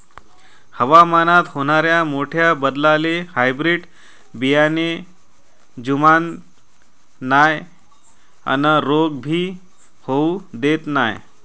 हवामानात होनाऱ्या मोठ्या बदलाले हायब्रीड बियाने जुमानत नाय अन रोग भी होऊ देत नाय